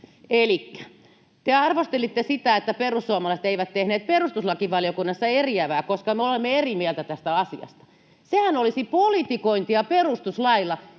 te arvostelitte sitä, että perussuomalaiset eivät tehneet perustuslakivaliokunnassa eriävää, vaikka me olemme eri mieltä tästä asiasta. Sehän olisi politikointia perustuslailla